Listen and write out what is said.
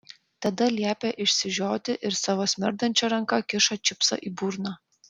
tada liepia išsižioti ir savo smirdančia ranka kiša čipsą į burną